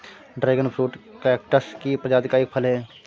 dragon fruit cactus की प्रजाति का एक फल है